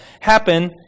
happen